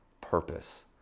purpose